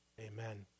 Amen